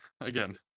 again